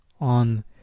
on